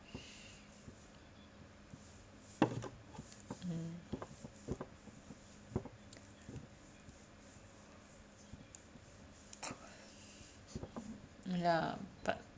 mm ya but